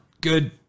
good